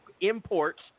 imports